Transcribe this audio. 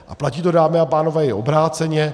A platí to, dámy a pánové, i obráceně.